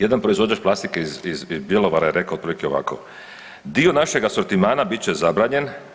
Jedan proizvođač plastike iz Bjelovara je rekao otprilike ovako, dio našeg asortimana bit će zabranjen.